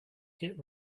git